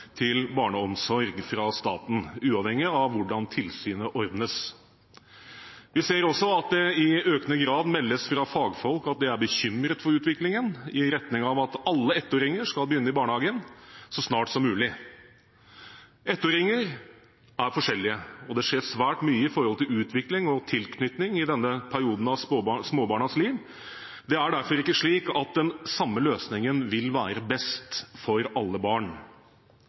til barneomsorg fra staten, uavhengig av hvordan tilsynet ordnes Vi ser også at det i økende grad meldes fra fagfolk at de er bekymret for utviklingen i retning av at alle ettåringer skal begynne i barnehagen så snart som mulig. Ettåringer er forskjellige, og det skjer svært mye når det gjelder utvikling og tilknytning, i denne perioden av småbarnas liv. Det er derfor ikke slik at den samme løsningen vil være best for alle barn.